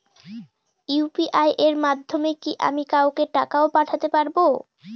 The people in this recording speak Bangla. ইউ.পি.আই এর মাধ্যমে কি আমি কাউকে টাকা ও পাঠাতে পারবো?